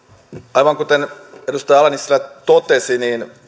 aivan kuten edustaja ala nissilä totesi